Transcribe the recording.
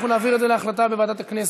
נעביר את זה להחלטה לוועדת הכנסת.